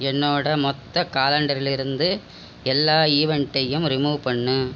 என்னோட மொத்த காலெண்டரிலிருந்து எல்லா ஈவெண்ட்டையும் ரிமூவ் பண்ணு